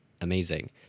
Amazing